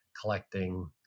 collecting